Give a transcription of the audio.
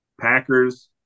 Packers